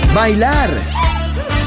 Bailar